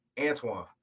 Antoine